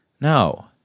No